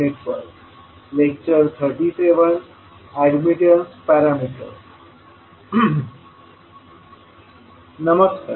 नमस्कार